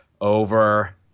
over